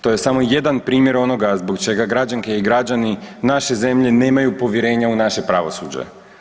To je samo jedan primjer onoga zbog čega građanke i građani naše zemlje nemaju povjerenje u naše pravosuđe.